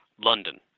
London